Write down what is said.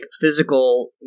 physical